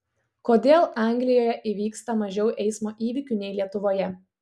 kodėl anglijoje įvyksta mažiau eismo įvykių nei lietuvoje